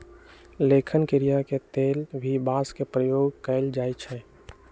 लेखन क्रिया के लेल भी बांस के प्रयोग कैल जाई छई